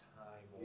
time